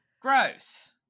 Gross